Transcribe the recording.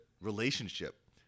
relationship